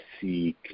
see